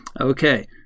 okay